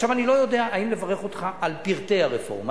עכשיו, אני לא יודע אם לברך אותך על פרטי הרפורמה.